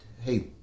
hey